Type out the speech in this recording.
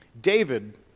David